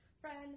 friend